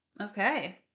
okay